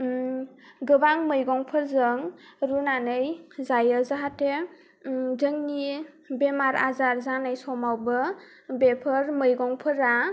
गोबां मैगंफोरजों रुनानै जायो जाहाथे जोंनि बेमार आजार जानाय समावबो बेफोर मैगंफोरा